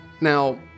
Now